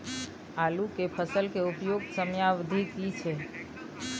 आलू के फसल के उपयुक्त समयावधि की छै?